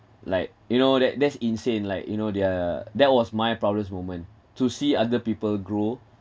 like you know that that's insane like you know there are that was my proudest moment to see other people grow